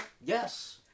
Yes